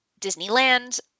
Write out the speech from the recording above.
Disneyland